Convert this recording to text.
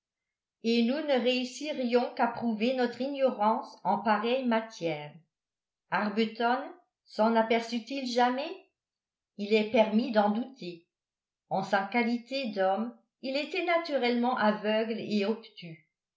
et nous ne réussirions qu'à prouver notre ignorance en pareille matière arbuton s'en aperçut il jamais il est permis d'en douter en sa qualité d'homme il était naturellement aveugle et obtus